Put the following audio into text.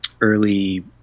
early